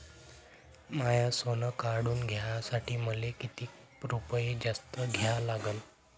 माय सोनं काढून घ्यासाठी मले कितीक रुपये जास्त द्या लागन?